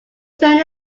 turned